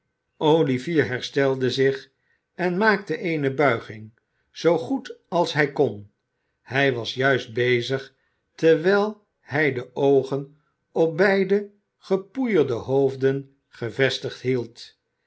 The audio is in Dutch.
olivier herstelde zich en maakte eene buiging zoo goed als hij kon hij was juist bezig terwijl hij de oogen op beide gepoeierde hoofden gevestigd hield